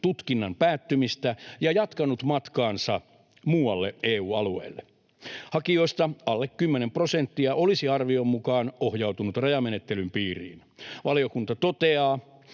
tutkinnan päättymistä ja jatkanut matkaansa muualle EU-alueelle. Hakijoista alle 10 prosenttia olisi arvion mukaan ohjautunut rajamenettelyn piiriin. Valiokunta toteaa